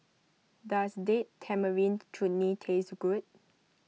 does Date Tamarind Chutney tastes good